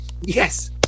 Yes